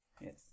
Yes